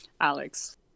Alex